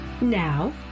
Now